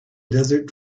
desert